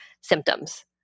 symptoms